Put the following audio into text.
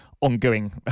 ongoing